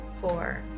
four